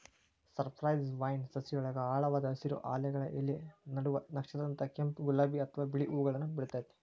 cypress vine ಸಸಿಯೊಳಗ ಆಳವಾದ ಹಸಿರು, ಹಾಲೆಗಳ ಎಲಿ ನಡುವ ನಕ್ಷತ್ರದಂತ ಕೆಂಪ್, ಗುಲಾಬಿ ಅತ್ವಾ ಬಿಳಿ ಹೂವುಗಳನ್ನ ಬಿಡ್ತೇತಿ